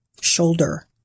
shoulder